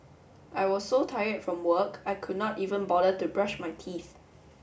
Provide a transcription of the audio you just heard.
I was so tired from work I could not even bother to brush my teeth